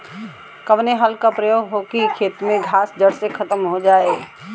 कवने हल क प्रयोग हो कि खेत से घास जड़ से खतम हो जाए?